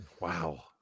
Wow